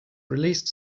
released